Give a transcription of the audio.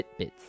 Fitbits